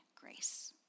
grace